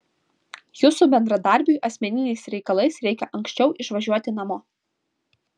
jūsų bendradarbiui asmeniniais reikalais reikia anksčiau išvažiuoti namo